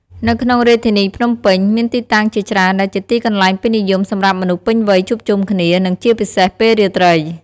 នៅក្នុងរាជធានីភ្នំពេញ មានទីតាំងជាច្រើនដែលជាទីកន្លែងពេញនិយមសម្រាប់មនុស្សពេញវ័យជួបជុំគ្នា និងជាពិសេសពេលរាត្រី។